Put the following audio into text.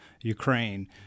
Ukraine